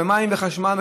במים ובחשמל,